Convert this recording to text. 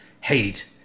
hate